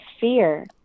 fear